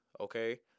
okay